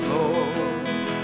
Lord